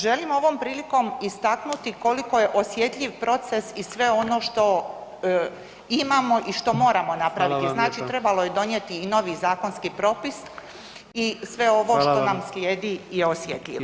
Želim ovom prilikom istaknuti koliko je osjetljiv proces i sve ono što imamo i što moramo napraviti, znači trebalo je donijeti i novi zakonski propis i sve ovo što nam slijedi je osjetljivo.